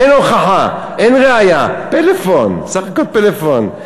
אין הוכחה, אין ראיה, פלאפון, בסך הכול פלאפון.